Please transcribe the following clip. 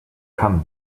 cannes